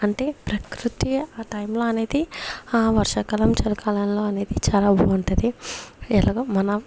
అంటే ప్రకృతి ఆ టైమ్లో అనేది ఆ వర్షాకాలం చలికాలంలో అనేది చాలా బాగుంటాది ఎలాగో మన